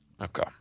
Okay